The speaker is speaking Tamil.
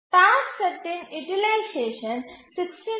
டாஸ்க் செட்டின் யூட்டிலைசேஷன் 69